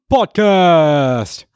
Podcast